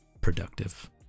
productive